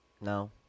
No